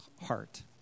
heart